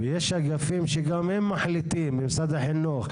ויש אגפים שגם הם מחליטים, משרד החינוך,